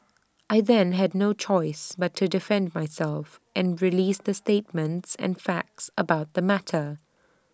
I then had no choice but to defend myself and release the statements and facts about the matter